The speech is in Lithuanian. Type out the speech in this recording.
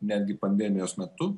netgi pandemijos metu